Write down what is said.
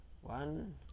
One